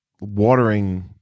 watering